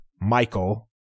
Michael